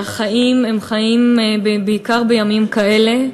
והחיים הם חיים, בעיקר בימים כאלה,